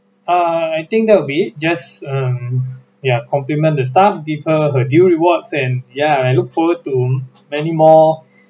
err I think that will be it just um ya compliment the staff give her her deal rewards and ya I look forward to many more